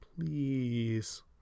Please